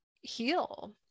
heal